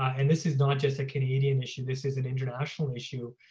and this is not just a canadian issue, this is an international issue,